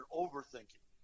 overthinking